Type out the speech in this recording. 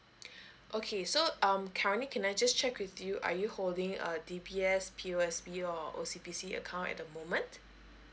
okay so um currently can I just check with you are you holding a D_B_S P_O_S_B or O_C_B_C account at the moment